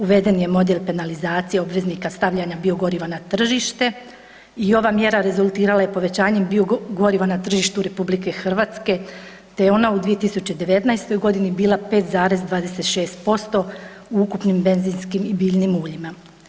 Uveden je model penalizacije obveznika stavljanja biogoriva na tržište i ova mjera rezultirala je povećanjem biogoriva na tržištu RH te je ona u 2019. godini bila 5,26% u ukupnim benzinskim i biljnim uljima.